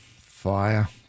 Fire